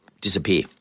disappear